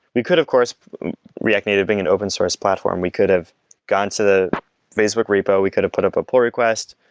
we could of course react native being an open source platform, we could have gone to the facebook repo, we could have put up a pull request,